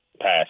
Pass